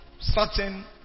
certain